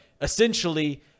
essentially